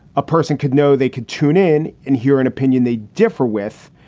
a person could know they could tune in and hear an opinion they differ with,